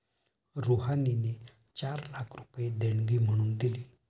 रुहानीने चार लाख रुपये देणगी म्हणून दिले